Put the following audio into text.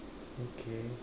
okay